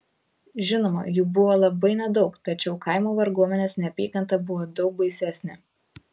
žinoma jų buvo labai nedaug tačiau kaimo varguomenės neapykanta buvo daug baisesnė